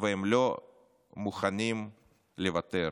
והם לא מוכנים לוותר.